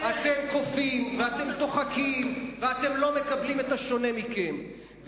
אתם כופים ואתם דוחקים ואתם לא מקבלים את השונה מכם.